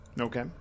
Okay